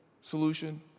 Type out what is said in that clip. solution